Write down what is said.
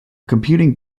computing